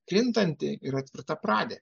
krintanti yra tvirtapradė